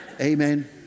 Amen